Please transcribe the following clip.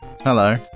Hello